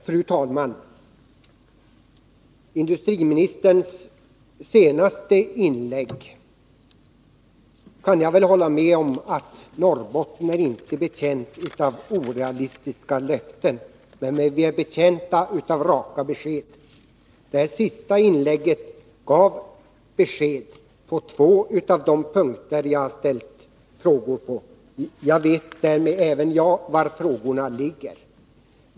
Fru talman! När det gäller industriministerns senaste inlägg kan jag väl hålla med om att Norrbotten inte är betjänt av orealistiska löften, men vi är betjänta av raka besked. Detta senaste inlägg gav besked på två av de punkter jag ställt frågor om. Även jag vet därmed var frågorna ligger.